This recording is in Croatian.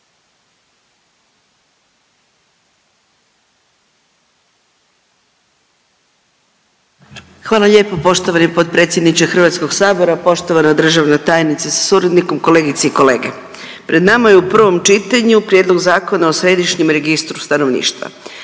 Hvala lijepo poštovani potpredsjedniče Hrvatskog sabora. Poštovana državna tajnice sa suradnikom, kolegice i kolege. Pred nama je u prvom čitanju Prijedlog zakona o središnjem registru stanovništva.